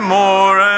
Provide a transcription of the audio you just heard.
more